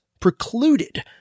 precluded